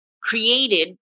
created